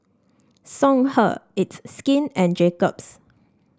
Songhe It's Skin and Jacob's